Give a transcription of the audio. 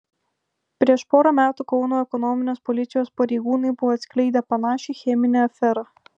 prieš porą metų kauno ekonominės policijos pareigūnai buvo atskleidę panašią cheminę aferą